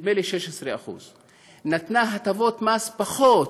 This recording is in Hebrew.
נדמה לי 16%; נתנה הטבות מס פחות,